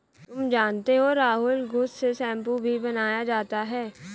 तुम जानते हो राहुल घुस से शैंपू भी बनाया जाता हैं